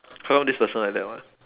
how come this person like that mah